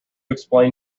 explain